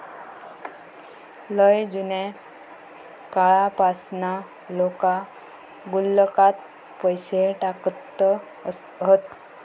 लय जुन्या काळापासना लोका गुल्लकात पैसे टाकत हत